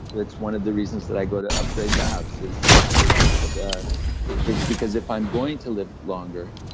it's one of the reasons that i go to upgrade labs, is that it's ah it's because if i'm going to live longer,